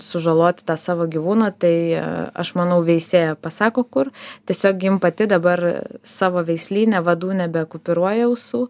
sužaloti tą savo gyvūną tai aš manau veisėja pasako kur tiesiog jin pati dabar savo veislyne vadų nebekupiūruoja ausų